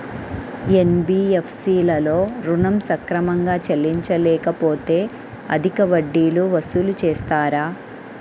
NBFC లలో ఋణం సక్రమంగా చెల్లించలేకపోతె అధిక వడ్డీలు వసూలు చేస్తారా?